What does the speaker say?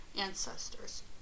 ancestors